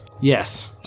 yes